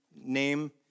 name